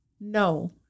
No